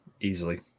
easily